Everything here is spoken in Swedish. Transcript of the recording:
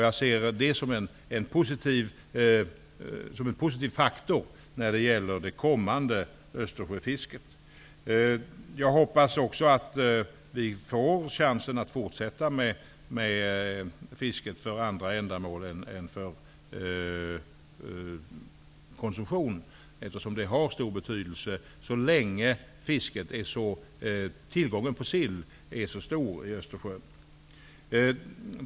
Jag ser detta som ett positivt faktum för det framtida Östersjöfisket. Jag hoppas också att vi får chansen att fortsätta med fisket för andra ändamål än för konsumtion. Det har nämligen stor betydelse så länge tillgången på sill är så stor i Östersjön.